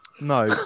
No